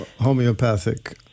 homeopathic